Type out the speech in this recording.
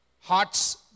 Heart's